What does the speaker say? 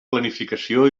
planificació